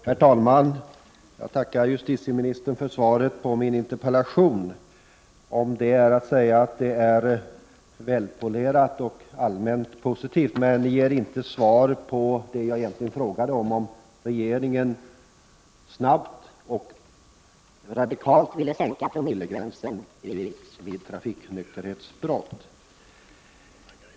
Herr talman! Jag tackar justitieministern för svaret på min interpellation. Svaret är välpolerat och allmänt positivt, men det ger inte svar på det jag egentligen frågade om, nämligen om regeringen snabbt och radikalt vill sänka promillegränsen vid trafiknykterhetsbrott.